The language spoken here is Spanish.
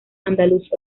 andaluz